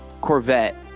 Corvette